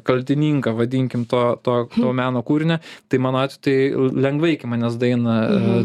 kaltininką vadinkim to to meno kūrinį tai mano atveju tai lengvai iki manęs daeina